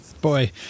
boy